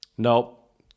nope